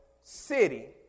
city